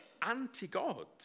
anti-God